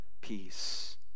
peace